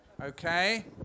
okay